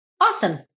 Awesome